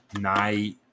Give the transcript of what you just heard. night